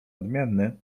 odmienny